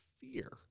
fear